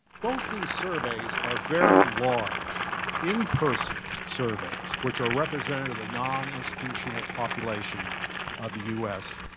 both these surveys are very large in-person surveys which are representative of the non-institutional population of the u s.